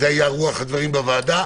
זו הייתה רוח הדברים בוועדה.